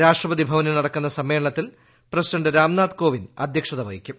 രാഷ്ട്രപതി ഭവനിൽ നടക്കുന്ന സമ്മേളനത്തിൽ പ്രസിഡന്റ് രാംനാഥ് കോവിന്ദ് അധ്യക്ഷത വഹിക്കും